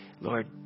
Lord